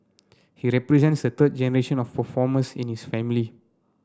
he represents the third generation of performers in his family